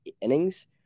innings